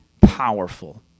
powerful